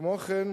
כמו כן,